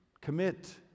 Commit